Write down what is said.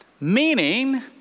Meaning